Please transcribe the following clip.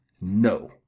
No